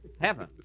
heaven